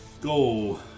Go